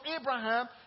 Abraham